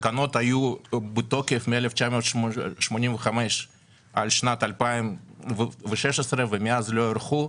התקנות היו בתוקף מ-1985 עד שנת 2016 ומאז לא הוארכו.